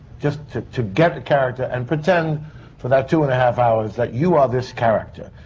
just to. to get the character and pretend for that two and a half hours that you are this character.